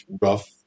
rough